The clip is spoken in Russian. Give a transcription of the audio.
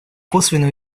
косвенный